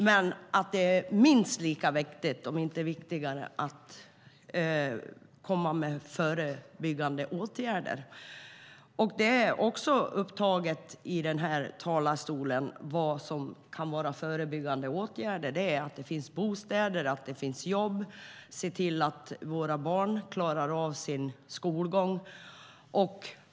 Det är dock minst lika viktigt, om inte viktigare, att vidta förebyggande åtgärder. Vad som kan vara förebyggande åtgärder har tagits upp i talarstolen. Det är att det finns bostäder och jobb och att vi ser till att våra barn klarar sin skolgång.